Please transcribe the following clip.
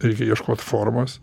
reikia ieškot formos